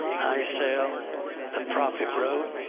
isaiah the prophet wrote,